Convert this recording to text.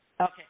Okay